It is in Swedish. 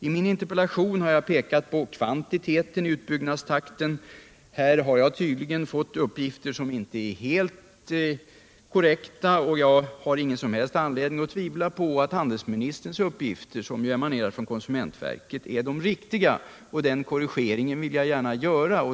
I min interpellation har jag pekat på kvantiteten i utbyggnadstakten. Här har jag tydligen fått uppgifter som inte är helt korrekta, och jag har ingen anledning att tvivla på att handelsministerns uppgifter, som ju emanerar från konsumentverket, är de riktiga. Den korrigeringen vill jag gärna göra.